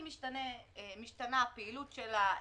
אם משתנה הפעילות שלה,